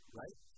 right